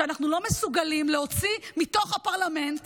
שאנחנו לא מסוגלים להוציא מתוך הפרלמנט